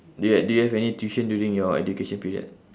do yo~ do you have any tuition during your education period